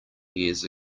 years